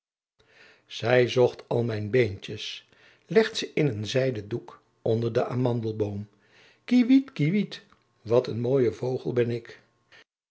zij zocht al mijn beentjes legt ze in een zijden doek onder den amandelboom kiewit kiewit wat een mooie vogel ben ik